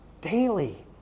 Daily